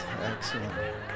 excellent